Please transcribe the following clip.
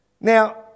Now